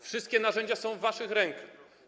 Wszystkie narzędzia są w waszych rękach.